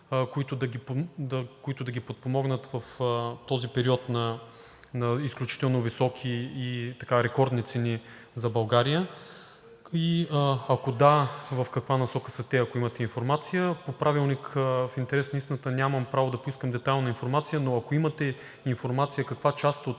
които да ги подпомогнат в този период на изключително високи и рекордни цени за България? И ако да, в каква насока са те, ако имате информация? По Правилник в интерес на истината нямам право да поискам детайлна информация, но ако имате информация каква част от